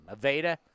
Aveda